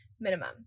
minimum